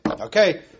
okay